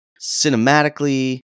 cinematically